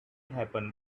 happened